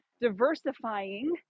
diversifying